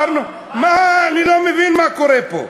אני לא מבין מה קורה פה.